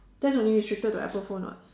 that's only restricted to apple phone [what]